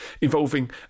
involving